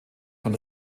von